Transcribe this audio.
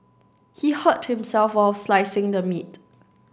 he hurt himself while slicing the meat